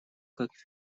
как